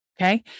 Okay